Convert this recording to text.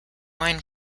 wine